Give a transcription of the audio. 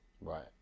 right